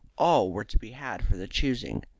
all were to be had for the choosing.